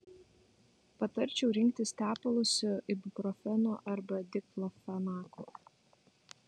patarčiau rinktis tepalus su ibuprofenu arba diklofenaku